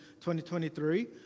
2023